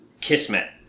Kismet